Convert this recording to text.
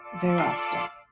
thereafter